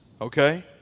okay